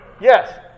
Yes